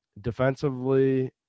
Defensively